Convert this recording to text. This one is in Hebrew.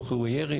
ניתוח אירועי ירי,